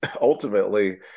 ultimately